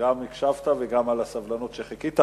גם על שהקשבת וגם על הסבלנות שבה חיכית,